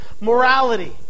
morality